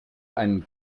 einen